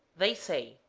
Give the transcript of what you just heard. they say.